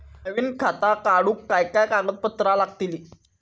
नवीन खाता काढूक काय काय कागदपत्रा लागतली?